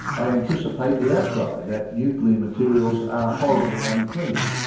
i anticipate the outcry that nuclear materials are horribly unclean.